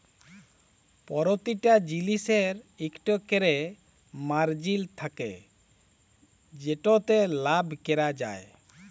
পরতিটা জিলিসের ইকট ক্যরে মারজিল থ্যাকে যেটতে লাভ ক্যরা যায়